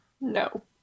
No